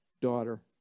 daughter